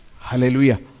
Hallelujah